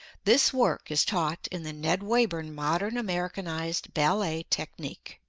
this work is taught in the ned wayburn modern americanized ballet technique.